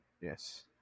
Yes